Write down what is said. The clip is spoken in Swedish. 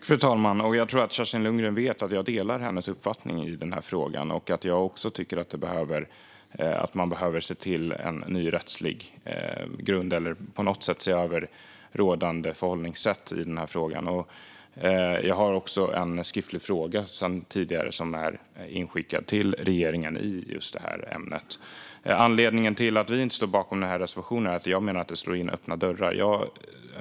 Fru talman! Jag tror att Kerstin Lundgren vet att jag delar hennes uppfattning i den här frågan och att jag också tycker att man behöver se till att få en ny rättslig grund eller på något sätt se över rådande förhållningssätt i denna fråga. Jag har också en skriftlig fråga i just detta ämne som sedan tidigare är inskickad till regeringen. Anledningen till att vi inte står bakom reservationen är att jag menar att den slår in öppna dörrar.